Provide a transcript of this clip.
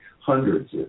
hundreds